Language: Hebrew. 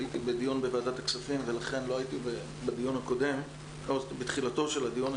הייתי בדיון בוועדת הכספים ולכן לא הייתי בתחילתו של הדיון.